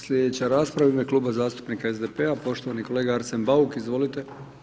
Slijedeća rasprava u ime kluba zastupnika SDP-a poštovani kolega Arsen Bauk, izvolite.